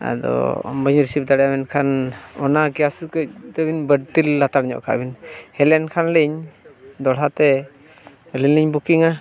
ᱟᱫᱚ ᱵᱟᱹᱧ ᱨᱤᱥᱤᱵᱽ ᱫᱟᱲᱮᱭᱟᱜᱼᱟ ᱢᱮᱱᱠᱷᱟᱱ ᱚᱱᱟ ᱜᱮᱥ ᱠᱟᱹᱡ ᱛᱟᱹᱵᱤᱱ ᱵᱟᱹᱛᱤᱞ ᱦᱟᱛᱟᱲ ᱧᱚᱜ ᱠᱟᱱ ᱵᱤᱱ ᱦᱮᱡ ᱞᱮᱱᱠᱷᱟᱱ ᱞᱤᱧ ᱫᱚᱲᱦᱟᱛᱮ ᱟᱹᱞᱤᱧ ᱞᱤᱧ ᱵᱩᱠᱤᱝᱟ